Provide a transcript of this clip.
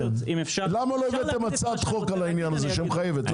למה לא הבאתם הצעת חוק בעניין הזה, שמחייבת?